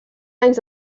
anys